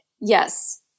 Yes